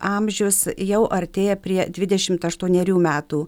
amžius jau artėja prie dvidešimt aštuonerių metų